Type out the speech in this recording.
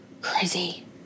crazy